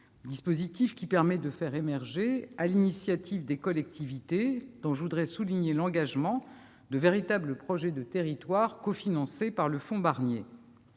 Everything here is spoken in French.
les PAPI, lequel permet de faire émerger, sur l'initiative des collectivités, dont je veux souligner l'engagement, de véritables projets de territoire cofinancés par le fonds Barnier.